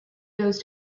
goes